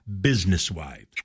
business-wise